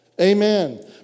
Amen